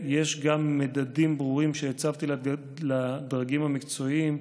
יש גם מדדים ברורים שהצבתי לדרגים המקצועיים,